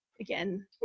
again